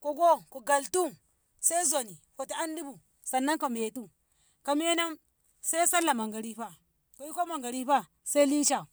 kogo ko galtum sai jon hoti andibu sannan ko metu ko menam sai sallah magarifa ko iko magarifa sai lisa.